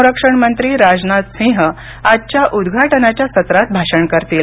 संरक्षण मंत्री राजनाथ सिंह आजच्या उद्घाटनाच्या सत्रात भाषण करतील